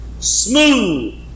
Smooth